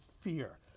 fear